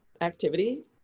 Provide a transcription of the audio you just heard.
activity